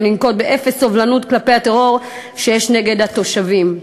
ולנקוט אפס סובלנות כלפי הטרור שיש נגד התושבים.